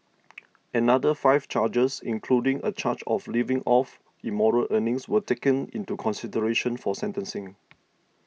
another five charges including a charge of living off immoral earnings were taken into consideration for sentencing